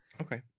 Okay